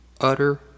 Utter